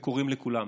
קוראים לכולם.